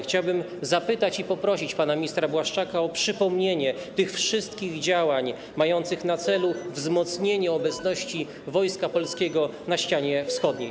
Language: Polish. Chciałbym zapytać, poprosić pana ministra Błaszczaka o przypomnienie tych wszystkich działań mających na celu wzmocnienie obecności wojska polskiego na ścianie wschodniej.